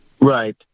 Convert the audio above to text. Right